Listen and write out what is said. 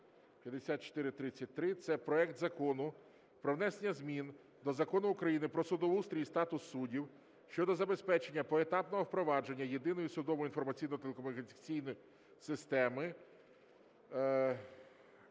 5433, це проект Закону про внесення змін до Закону України "Про судоустрій і статус суддів" щодо забезпечення поетапного впровадження Єдиної судової інформаційно-телекомунікаційної системи.